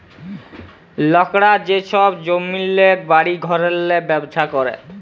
লকরা যে ছব জমিল্লে, বাড়ি ঘরেল্লে ব্যবছা ক্যরে